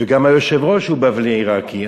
וגם היושב-ראש הוא בבלי עיראקי.